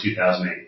2008